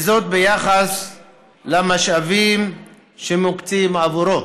בהתאם למשאבים שמוקצים עבורו.